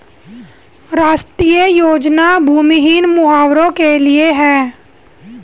राष्ट्रीय योजना भूमिहीन मछुवारो के लिए है